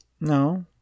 No